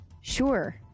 Sure